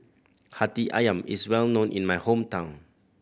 Hati Ayam is well known in my hometown